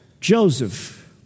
Joseph